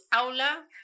Aula